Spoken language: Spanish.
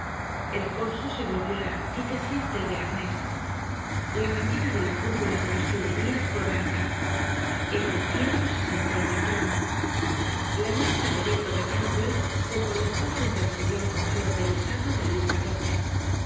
el corso se volvió la antítesis del bearnés la bandera de la cúpula de las tullerías fue blanca el destierro se sentó en el trono la mesa de abeto de hartwell se colocó frente al sillon flordelisado de luis